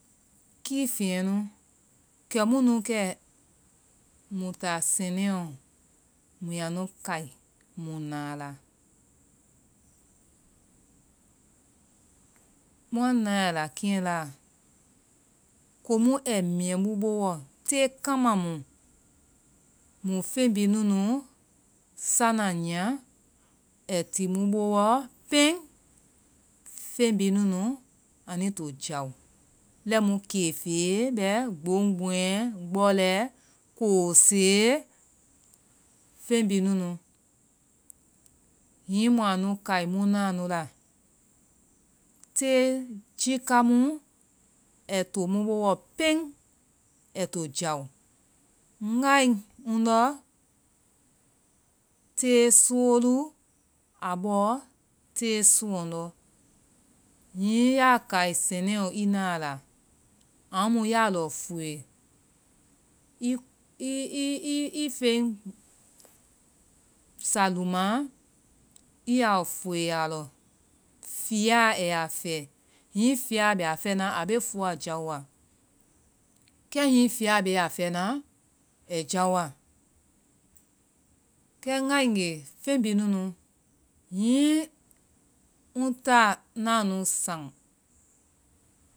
Kifeŋnu kɛ mu nu kɛ mui ta sɛnɛɔ mui aa nu kai, mui na la. Mua nae a la keŋ la, komu ai miɛ mu boɔ. Te kama mu mui feŋ bi nunu sana nia pɛŋ feŋ bi nunu anui to jao? Lɛimu kefe bɛ. gboŋboŋɛ, gbɔlɛ, kose feŋ bi nunu. Hiŋi mua nu kai mu na nu la, te gika mu ai to mu boɔ pɛŋ ai to jao. Nae ndɔ te soolu. Aa bɔ, te sooŋlɔŋdɔ. Hiŋi ya kai sɛnɛ lɔ ii na la, amu ya lɔ fuue. Ii feŋ sa luma, ii ya lɔfuue a lɔ. fia ya fɛ. Hiŋi fia bɛ a fɛna, a be fua jaowa. Kɛ hiŋi fia be a fɛna, ai jaowa. Kɛ ngae nge, feŋ bi nunu hiŋi ŋ ta na nu saŋ